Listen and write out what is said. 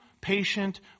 patient